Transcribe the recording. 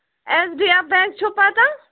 S B F bank چھُو پَتہٕ